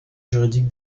juridique